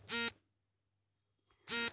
ಸಾಲ ಮಂಜೂರಾತಿ ಕಾಲಾವಧಿ ಎಷ್ಟು?